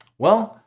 well,